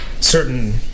certain